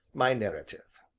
my narrative.